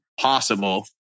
possible